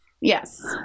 Yes